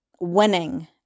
winning